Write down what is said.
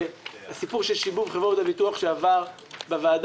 הסיפור של שיבוב חברות הביטוח שעבר בוועדה,